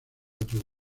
otros